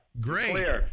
Great